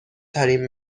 ترین